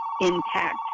Intact